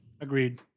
Agreed